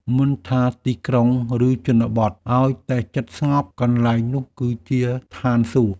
មិនថាទីក្រុង ឬជនបទ ឱ្យតែចិត្តស្ងប់ កន្លែងនោះគឺជាឋានសួគ៌។